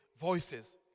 voices